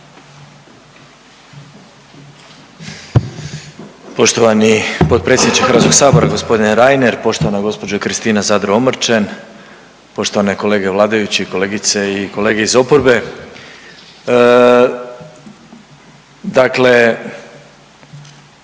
Poštovani potpredsjedniče HS g. Reiner, poštovana gđo. Kristina Zadro Omrčen, poštovane kolege vladajući i kolegice i kolege iz oporbe. Dakle